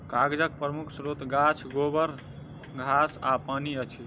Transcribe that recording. कागजक प्रमुख स्रोत गाछ, गोबर, घास आ पानि अछि